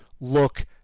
look